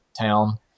town